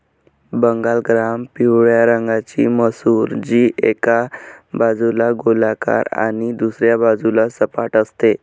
Bengal gram पिवळ्या रंगाची मसूर, जी एका बाजूला गोलाकार आणि दुसऱ्या बाजूला सपाट असते